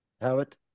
Howard